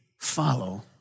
follow